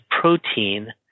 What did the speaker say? protein